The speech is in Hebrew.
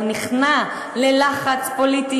הוא נכנע ללחץ פוליטי,